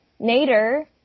Nader